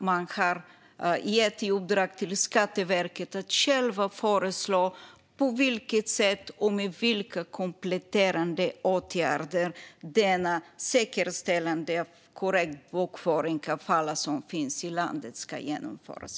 Man har gett Skatteverket i uppdrag att föreslå på vilket sätt och med vilka kompletterande åtgärder ett säkerställande av korrekt bokföring av alla som finns i landet ska genomföras.